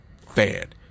fan